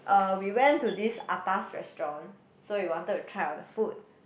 um we went to this atas restaurant so we wanted to try on the food